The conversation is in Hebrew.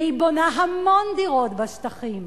והיא בונה המון דירות בשטחים.